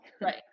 right